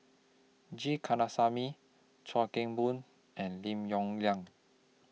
G Kandasamy Chuan Keng Boon and Lim Yong Liang